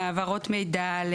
להעברות מידע,